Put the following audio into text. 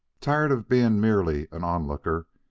tiring of being merely an onlooker,